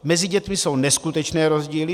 Mezi dětmi jsou neskutečné rozdíly.